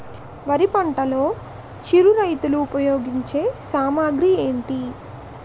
వరి పంటలో చిరు రైతులు ఉపయోగించే సామాగ్రి ఏంటి?